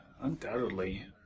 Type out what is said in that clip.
undoubtedly